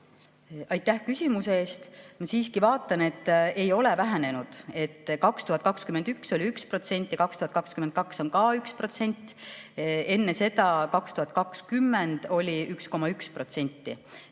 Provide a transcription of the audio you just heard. Aitäh küsimuse eest! Ma siiski vaatan, et ei ole vähenenud. 2021 oli 1% ja 2022 on ka 1%, enne seda, 2020, oli 1,1%.